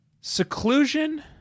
Seclusion